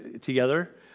together